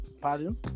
pardon